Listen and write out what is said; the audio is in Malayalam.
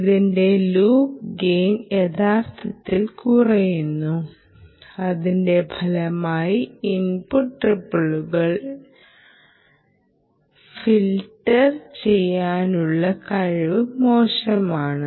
ഇതിന്റെ ലൂപ്പ് റെയിൻ യഥാർത്ഥത്തിൽ കുറയുന്നു അതിന്റെ ഫലമായി ഇൻപുട്ട് റിപ്പിളുകൾ ഫിൽട്ടർ ചെയ്യാനുള്ള കഴിവും മോശമാണ്